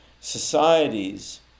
societies